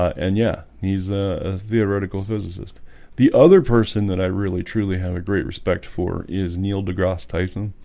and yeah, he's a theoretical physicist the other person that i really truly have a great respect for is neil degrasse tyson